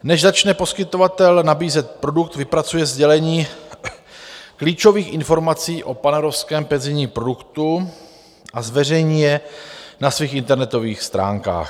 Než začne poskytovatel nabízet produkt, vypracuje sdělení klíčových informací o panevropském penzijním produktu a zveřejní je na svých internetových stránkách.